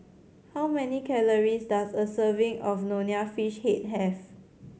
how many calories does a serving of Nonya Fish Head have